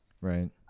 right